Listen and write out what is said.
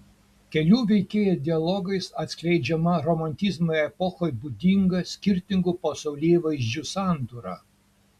kelių veikėjų dialogais atskleidžiama romantizmo epochai būdinga skirtingų pasaulėvaizdžių sandūra